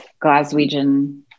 Glaswegian